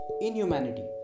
Inhumanity